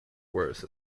worst